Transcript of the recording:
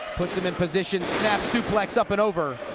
puts him in position snap suplex up and over